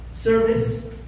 Service